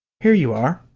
here you are.